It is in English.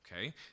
okay